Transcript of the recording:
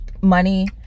money